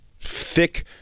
thick